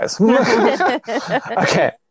okay